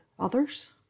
others